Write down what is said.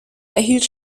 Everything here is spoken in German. erhielt